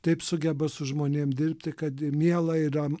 taip sugeba su žmonėm dirbti kad miela yra